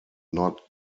not